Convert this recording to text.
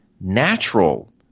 natural